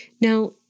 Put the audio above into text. Now